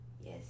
yes